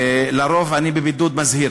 ולרוב אני בבידוד מזהיר.